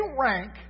rank